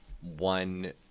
one